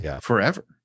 forever